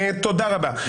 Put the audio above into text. תודה רבה.